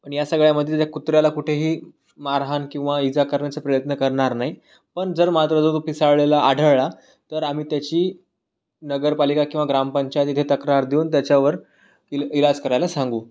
पण या सगळ्यामध्ये त्या कुत्र्याला कुठेही मारहाण किंवा इजा करण्याचा प्रयत्न करणार नाही पण जर मात्र तो तो पिसाळलेला आढळला तर आम्ही त्याची नगरपालिका किंवा ग्रामपंचायत इथे तक्रार देऊन त्याच्यावर इ इलाज करायला सांगू